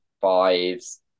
fives